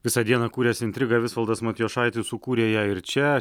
visą dieną kūręs intrigą visvaldas matijošaitis sukūrė ją ir čia